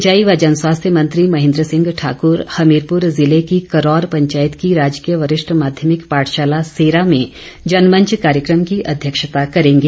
सिंचाई व जनस्वास्थ्य मंत्री महेंद्र सिंह ठाकुर हमीरपुर जिले की करौर पंचायत की राजकीय वरिष्ठ माध्यमिक पाठशाला सेरा में जनमंच कार्यक्रम की अध्यक्षता करेंगे